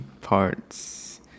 parts